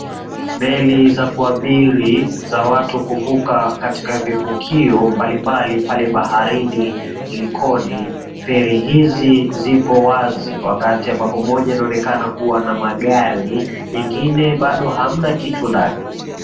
Meli za kuabiri za watu kuvuka katika vivukio mbalimbali pale baharini Likoni. Feri hizi zipo wazi wakati ambapo moja inaonekana kuwa na magari nyengine bado hamna kitu ndani.